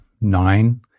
nine